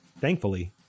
Thankfully